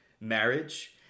marriage